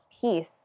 peace